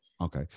Okay